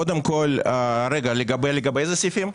קודם כל, לגבי איזה סעיפים?